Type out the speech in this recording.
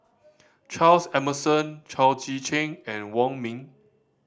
Charles Emmerson Chao Tzee Cheng and Wong Ming